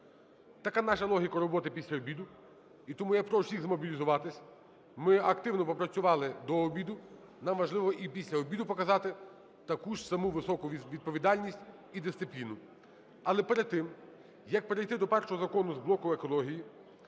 Така наша логіка роботи після обіду. І тому я прошу всіх змобілізуватись, ми активно попрацювали до обіду, нам важливо і після обіду показати таку ж саму ж високу відповідальність і дисципліну. Але перед тим, як перейти до першого закону з блоку екології,